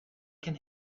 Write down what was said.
can